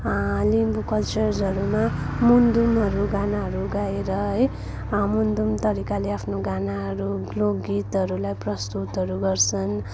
लिम्बू कल्चर्सहरूमा मुन्दुमहरू गानाहरू गाएर है मुन्दम तरिकाले आफ्नो गानाहरू लोकगीतहरूलाई प्रस्तुतहरू गर्छन्